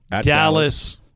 Dallas